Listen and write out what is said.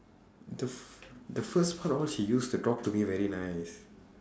the f~ the first part all she used to talk to me very nice